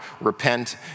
repent